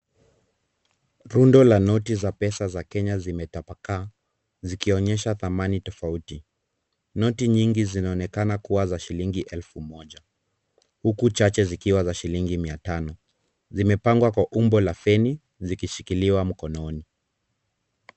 Rundo la noti za pesa za Kenya zimetapakaa, zikionyesha thamani tofauti. Noti nyingi zinaonekana kuwa za shilingi elfu moja, huku chache zikiwa za shilingi mia tano, zimepangwa kwa umbo la feni, zikishikiliwa mkononi.